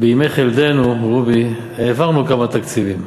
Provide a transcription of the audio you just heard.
בימי חלדנו, רובי, העברנו כמה תקציבים,